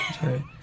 Sorry